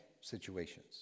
situations